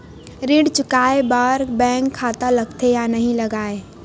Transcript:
ऋण चुकाए बार बैंक खाता लगथे या नहीं लगाए?